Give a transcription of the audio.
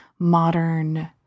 modern